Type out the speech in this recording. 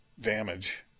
Damage